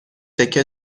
تکه